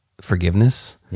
forgiveness